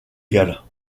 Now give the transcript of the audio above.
galles